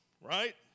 right